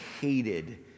hated